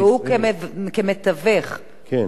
והוא כמתווך, כן.